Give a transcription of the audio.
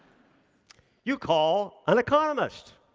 you call an economist.